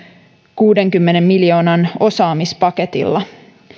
kuudenkymmenen miljoonan osaamispaketilla